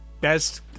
best